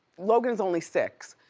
logan's only six.